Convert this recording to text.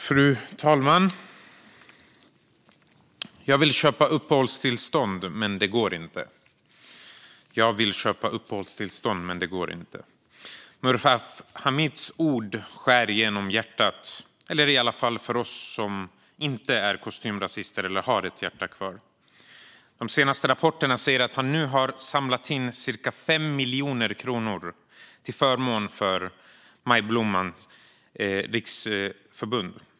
Fru talman! Jag vill köpa uppehållstillstånd, men det går inte. Jag vill köpa uppehållstillstånd, men det går inte. Murhaf Hamids ord skär i hjärtat - i alla fall för oss som inte är kostymrasister och har ett hjärta kvar. De senaste rapporterna säger att han nu har samlat in cirka 5 miljoner kronor till förmån för Majblommans Riksförbund.